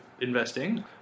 investing